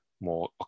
more